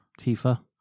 Tifa